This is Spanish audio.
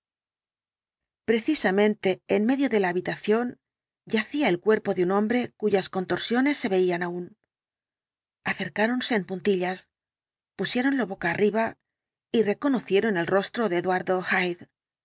precisamente en medio de la habitación yacía el cuerpo de un hombre cuyas contorsiones se veían aún acercáronse en puntillas pusiéronlo boca arriba y reconocieron el rostro de eduardo